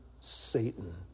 satan